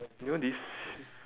you know this